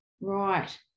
Right